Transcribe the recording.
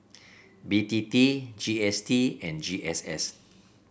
B T T G S T and G S S